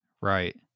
Right